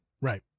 right